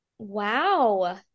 Wow